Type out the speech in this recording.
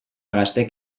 gaztek